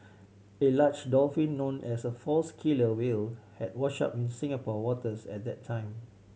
a large dolphin known as a false killer whale had washed up in Singapore waters at that time